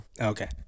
Okay